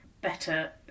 better